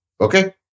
Okay